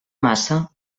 maça